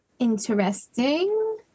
interesting